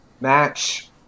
match